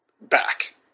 back